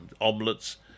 omelets